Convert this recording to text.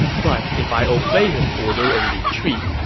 but if i obey his order and retreat,